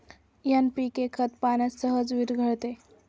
NPK खत पाण्यात सहज विरघळते